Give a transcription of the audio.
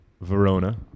Verona